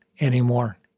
anymore